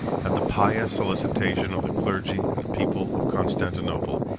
at the pious solicitation of the clergy and people of constantinople,